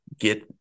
get